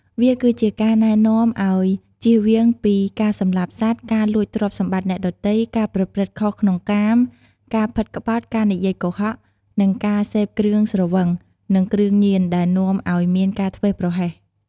វាគឺជាការណែនាំឱ្យជៀសវាងពី ការសម្លាប់សត្វ ការលួចទ្រព្យសម្បត្តិអ្នកដទៃ ការប្រព្រឹត្តខុសក្នុងកាម ការផិតក្បត់ ការនិយាយកុហក និងការសេពគ្រឿងស្រវឹង និងគ្រឿងញៀនដែលនាំឱ្យមានការធ្វេសប្រហែស។